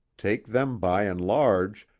take them by and large,